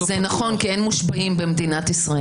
אני אסביר מדוע.